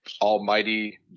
almighty